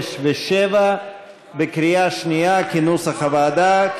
6 ו-7 כנוסח הוועדה,